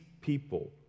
people